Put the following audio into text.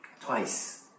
twice